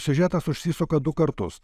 siužetas užsisuka du kartus